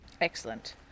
Excellent